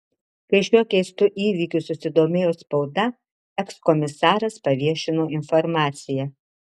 kai šiuo keistu įvykiu susidomėjo spauda ekskomisaras paviešino informaciją